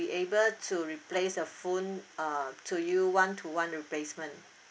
will be able to replace a phone uh to you one to one replacement